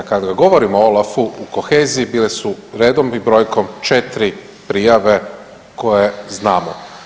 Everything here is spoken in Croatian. Kada govorimo o OLAF-u, o koheziji, bile su redom i brojkom 4 prijave koje znamo.